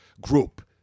group